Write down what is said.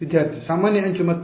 ವಿದ್ಯಾರ್ಥಿ ಸಾಮಾನ್ಯ ಅಂಚು ಮತ್ತು